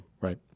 right